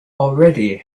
already